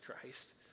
Christ